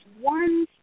one